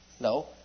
No